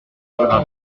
rabbin